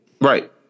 Right